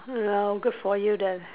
good for you then